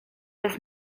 bez